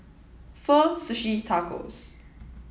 Pho Sushi and Tacos